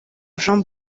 jean